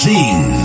Sing